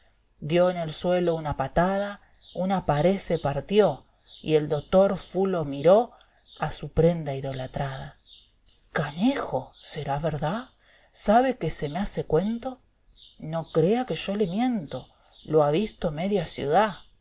dio len el suelo una patada una paré se partió y el dotor fulo miró a su prenda idolatrada canejo será verdad sabe que se me hace cuento no crea que yo le miento lo ha visto media ciudá